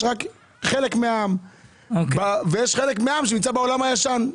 ויש חלק מהעם שנמצא בעולם הישן,